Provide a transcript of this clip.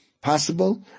possible